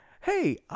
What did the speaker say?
Hey